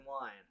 wine